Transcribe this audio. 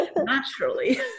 Naturally